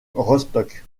rostock